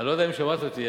אני לא יודע אם שמעת אותי,